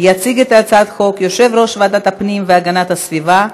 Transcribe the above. יציג את הצעת החוק יושב-ראש ועדת הפנים והגנת הסביבה,